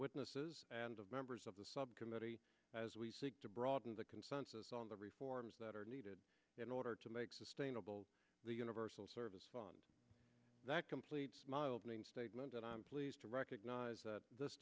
witnesses and of members of the subcommittee as we seek to broaden the consensus on the reforms that are needed in order to make sustainable the universal service fund that completes mild name statement and i'm pleased to recognize th